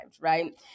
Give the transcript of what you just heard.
right